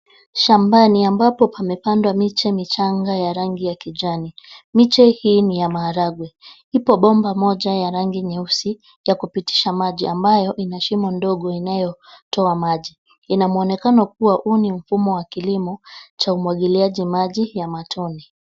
Shambani ambapo pamepandwa miche michanga ya rangi ya kijani. Miche hii ni ya maharagwe. Ipo bomba moja ya rangi nyeusi ya kupitisha maji ambayo ina shimo ndogo inayotoa maji. Ina muonekano kuwa huu ni mfumo wa kilimo cha umwagiliaji maji ya matone.